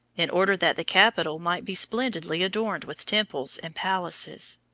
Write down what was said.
in order that the capital might be splendidly adorned with temples and palaces.